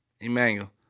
Emmanuel